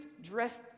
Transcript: dressed